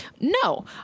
No